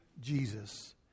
Jesus